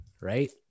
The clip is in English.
Right